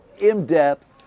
in-depth